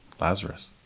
Lazarus